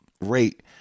rate